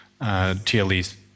TLEs